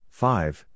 five